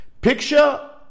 picture